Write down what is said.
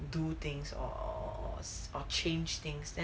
do things or or change things then